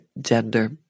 gender